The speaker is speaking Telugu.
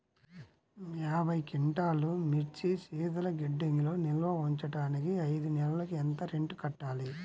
యాభై క్వింటాల్లు మిర్చి శీతల గిడ్డంగిలో నిల్వ ఉంచటానికి ఐదు నెలలకి ఎంత రెంట్ కట్టాలి?